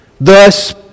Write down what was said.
thus